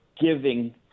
giving